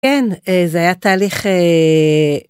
כן, זה היה תהליך...